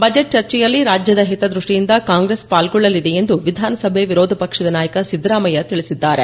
budget ಚರ್ಚೆಯಲ್ಲಿ ರಾಜ್ಯದ ಹಿತದೃಷ್ಷಿಯಿಂದ ಕಾಂಗ್ರೆಸ್ ಪಾಲ್ಗೊಳ್ಳಲಿದೆ ಎಂದು ವಿಧಾನಸಭೆ ವಿರೋಧ ಪಕ್ಷದ ನಾಯಕ ಸಿದ್ದರಾಮಯ್ಯ ತಿಳಿಸಿದ್ದಾರೆ